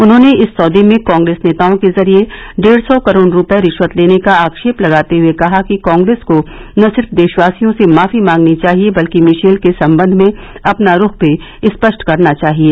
उन्होंने इस सौदे में कांग्रेस नेताओं के जरिये डेढ़ सौ करोड़ रूपये रिश्वत लेने का आक्षेप लगाते हुए कहा कि कांग्रेस को न सिर्फ देशवासियों से माफी मांगनी चाहिए बल्कि मिशेल के संबंध में अपना रूख भी स्पष्ट करना चाहिये